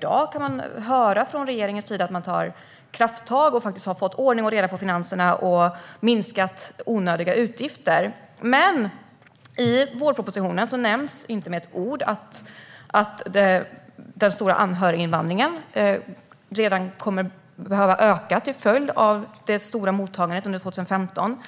kan man höra från regeringens sida - det var fallet även tidigare i dag - att man tar krafttag och att man faktiskt har fått ordning och reda i finanserna och minskat onödiga utgifter. Men i vårpropositionen nämns inte med ett ord att den redan stora anhöriginvandringen kommer att behöva öka till följd av det stora mottagandet under 2015.